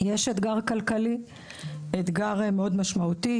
יש אתגר כלכלי מאוד משמעותי,